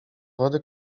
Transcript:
wody